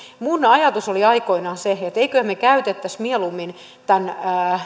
minun ajatukseni oli aikoinaan se että emmeköhän me käyttäisi mieluummin tämän